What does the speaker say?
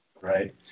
Right